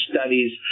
Studies